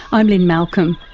i'm lynne malcolm.